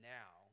now